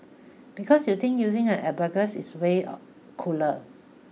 because you think using an abacus is way a cooler